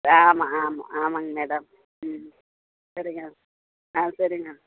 ஆமாம் ஆமாம் ஆமாம்ங்க மேடம் ம் சரிங்க ஆ சரிங்க